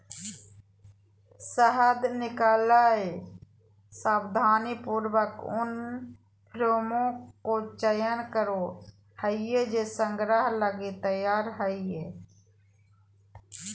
शहद निकलैय सावधानीपूर्वक उन फ्रेमों का चयन करो हइ जे संग्रह लगी तैयार हइ